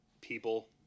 people